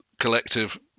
collective